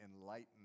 enlightened